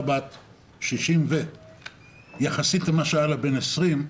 בת יותר מ-60 יחסית למה שהיה לה כשהייתה בת 20,